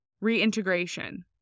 reintegration